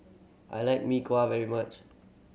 I like Mee Kuah very much